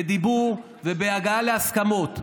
בדיבור ובהגעה להסכמות.